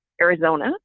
Arizona